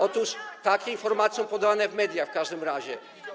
Otóż takie informacje są podane w mediach w każdym razie.